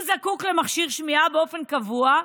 הוא זקוק למכשיר שמיעה באופן קבוע,